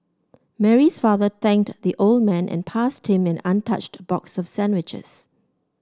Mary's father thanked the old man and passed him an untouched box of sandwiches